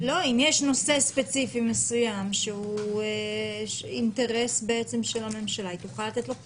אם יש נושא ספציפי שהוא אינטרס של הממשלה היא תוכל לתת לו פטור.